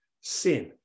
sin